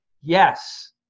Yes